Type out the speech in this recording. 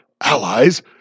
allies